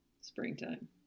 springtime